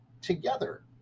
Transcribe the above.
together